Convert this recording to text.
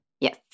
Yes